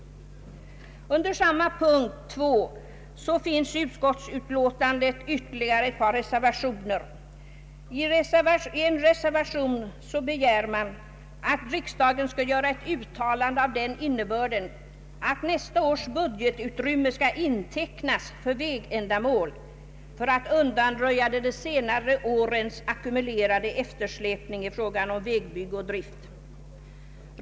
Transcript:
Under samma punkt 2 finns i utskottsutlåtandet ytterligare ett par reservationer. I reservation 4 begärs att riksdagen skall göra ett uttalande av den innebörden att nästa års budgetutrymme skall intecknas för vägändamål för att undanröja de senare årens ackumulerade eftersläpning i fråga om vägbygge och vägdrift.